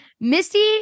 Misty